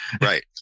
Right